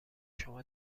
شما